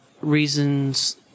reasons